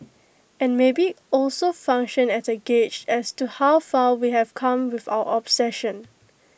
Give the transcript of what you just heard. and maybe also function as A gauge as to how far we have come with our obsession